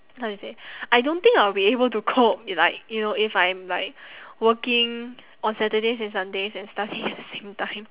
how to say I don't think I would be able to cope like you know if I'm like working on saturdays and sundays and study at the same time